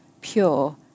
pure